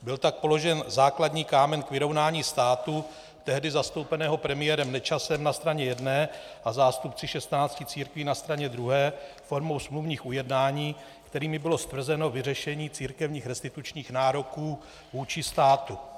Byl tak položen základní kámen k vyrovnání státu tehdy zastoupeného premiérem Nečasem na straně jedné a zástupci 16 církví na straně druhé formou smluvních ujednání, kterými bylo stvrzeno vyřešení církevních restitučních nároků vůči státu.